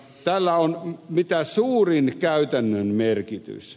tällä on mitä suurin käytännön merkitys